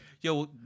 yo